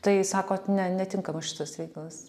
tai sakot ne netinkamas šitas reikalas